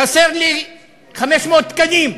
חסרים לי 500 תקנים,